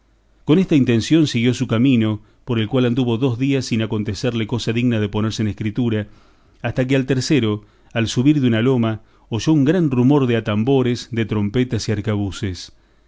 con esta intención siguió su camino por el cual anduvo dos días sin acontecerle cosa digna de ponerse en escritura hasta que al tercero al subir de una loma oyó un gran rumor de atambores de trompetas y arcabuces